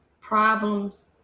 problems